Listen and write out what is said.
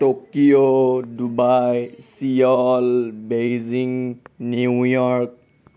Tokyo Dubai Seoul Beijing New York